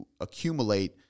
accumulate